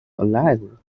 alive